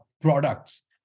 products